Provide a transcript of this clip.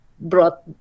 brought